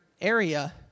area